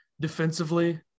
defensively